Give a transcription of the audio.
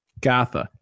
Gotha